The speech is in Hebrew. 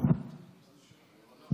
מה זה שייך, כלום.